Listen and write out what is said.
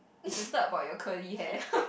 is should start about your curly hair